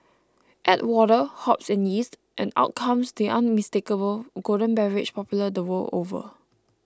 add water hops and yeast and out comes the unmistakable golden beverage popular the world over